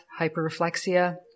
hyperreflexia